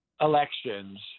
elections